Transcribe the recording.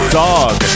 dog